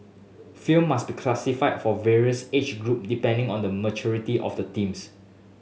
film must be classified for various age group depending on the maturity of the themes